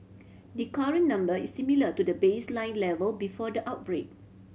the current number is similar to the baseline level before the outbreak